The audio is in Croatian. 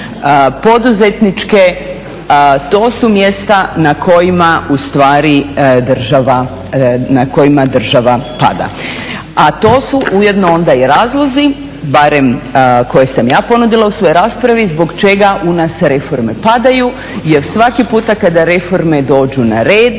poduzetničke, to su mjesta na kojima država pada. A to su ujedno onda i razlozi, barem koje sam ja ponudila u svojoj raspravi, zbog čega u nas reforme padaju jel svaki puta kada reforme dođu na red